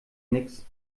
nix